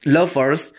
Lovers